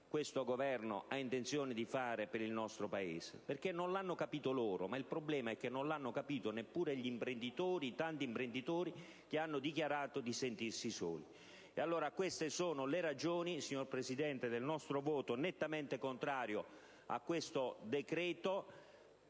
questo Governo abbia intenzione di fare nel nostro Paese. Non l'hanno capito loro, ma il problema è che non l'hanno capito neanche i tanti imprenditori che hanno dichiarato di sentirsi soli. Queste sono le ragioni, signor Presidente, del nostro voto nettamente contrario a questo decreto,